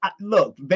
Look